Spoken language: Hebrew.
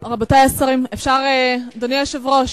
שלא הספיק להגיע למקומו.